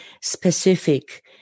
specific